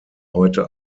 heute